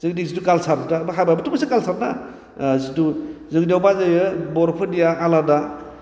जोंनि जिथु काल्सार जिथु हाबायाबो मोनसे काल्सार ना जिथु जोंनियाव मा जायो बर'फोरनिया आलादा